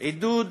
עידוד